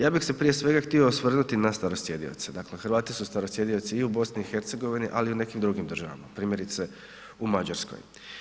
Ja bih se prije svega htio osvrnuti na starosjedioce, dakle Hrvati su starosjedioci i u BiH-u ali i u nekim drugim državama primjerice u Mađarskoj.